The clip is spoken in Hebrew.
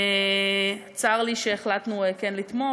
צר לי שהחלטנו כן לתמוך.